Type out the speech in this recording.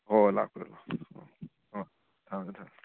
ꯍꯣ ꯍꯣꯏ ꯂꯥꯛꯄꯤꯔꯣ ꯂꯥꯛꯄꯤꯔꯣ ꯑꯥ ꯍꯣꯏ ꯊꯝꯃꯦ ꯊꯝꯃꯦ